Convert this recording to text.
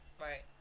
Right